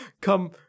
come